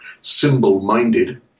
symbol-minded